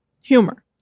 Humor